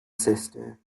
sister